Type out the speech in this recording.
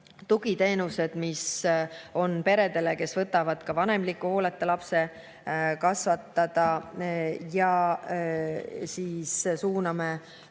tugiteenused, mis on peredele, kes võtavad vanemliku hooleta lapse kasvatada. Suuname